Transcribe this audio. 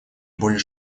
более